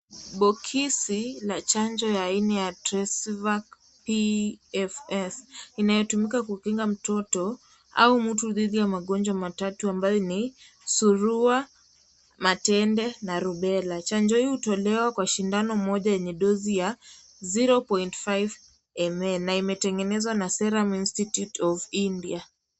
Bokisi ya chanjo aina ya Tresivac PFS inayotumika kukinga mtoto au mtu dhidi ya magonjwa matatu ambayo ni surua, matende na rubela. Chanjo hii hutolewa kwa sindano moja yenye dosi ya 0.5ml na imetengenezwa na serum institute of India .